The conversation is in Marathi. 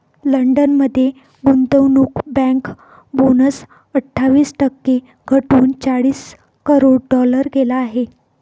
लंडन मध्ये गुंतवणूक बँक बोनस अठ्ठावीस टक्के घटवून चाळीस करोड डॉलर केला आहे